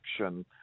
action